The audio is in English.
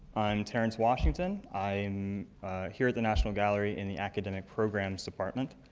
i'm terence washington. i'm here at the national gallery in the academic programs department.